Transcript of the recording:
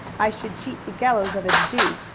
i should cheat the gallows of its due.